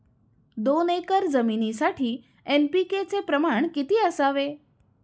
दोन एकर जमिनीसाठी एन.पी.के चे प्रमाण किती असावे?